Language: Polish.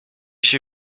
się